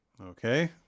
Okay